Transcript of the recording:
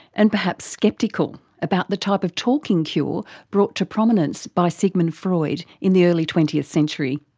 and perhaps sceptical about the type of talking cure brought to prominence by sigmund freud in the early twentieth century.